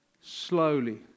slowly